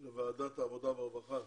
לוועדת העבודה והרווחה,